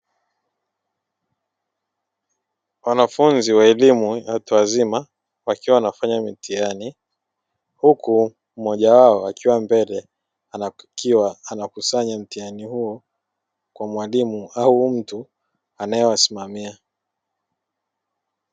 Wanafunzi wa elimu ya watu wazima wakiwa wanafanya mitihani, huku mmoja wao akiwa mbele akiwa anakusanya mtihani huo kwa mwalimu au mtu anayewasimamia.